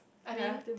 I mean